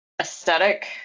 aesthetic